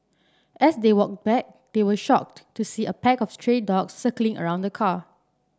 as they walked back they were shocked to see a pack of stray dogs circling around the car